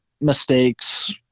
mistakes